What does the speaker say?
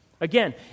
Again